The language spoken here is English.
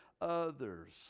others